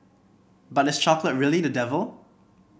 but is chocolate really the devil